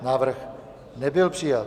Návrh nebyl přijat.